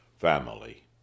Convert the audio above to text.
family